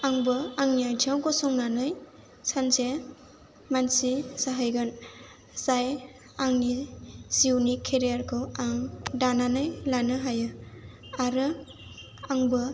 आंबो आंनि आथिङाव गसंनानै सानसे मानसि जाहैगोन जाय आंनि जिउनि केरियारखौ आं दानानै लानो हायो आरो आंबो